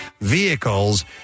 vehicles